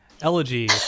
elegy